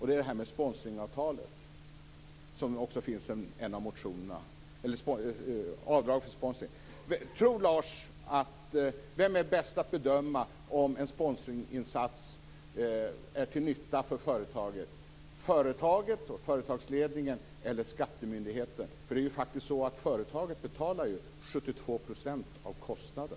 Det gäller frågan om avdrag för sponsring som tas upp i en av motionerna. Vem är bäst att bedöma om en sponsringsinsats är till nytta för företaget - företaget och företagsledningen eller skattemyndigheten? Företaget står faktiskt för 72 % av kostnaden!